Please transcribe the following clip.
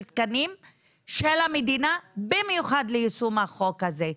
תקנים של המדינה במיוחד ליישום החוק הזה.